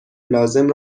لازم